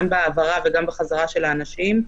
גם בהעברה וגם בחזרה של האנשים.